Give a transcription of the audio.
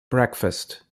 breakfast